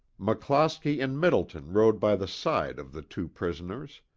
mcclosky and middleton rode by the side of the two prisoners.